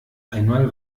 einmal